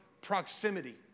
Proximity